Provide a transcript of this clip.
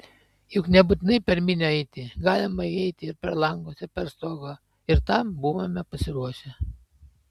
juk nebūtinai per minią eiti galima įeiti ir per langus ir per stogą ir tam buvome pasiruošę